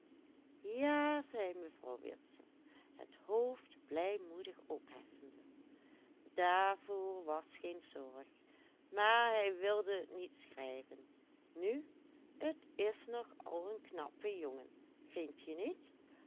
ja zei mevrouw witse het hoofd blijmoedig opheffende daarvoor was geen zorg maar hij wilde t niet schrijven nu t is nogal een knappe jongen vindje niet